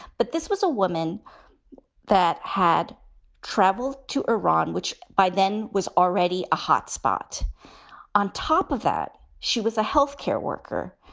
but this was a woman that had traveled to iran, which by then was already a hot spot on top of that. she was a health care worker.